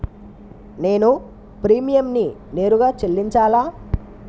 నేను ప్రీమియంని నేరుగా చెల్లించాలా?